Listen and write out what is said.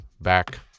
back